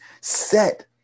set